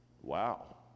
Wow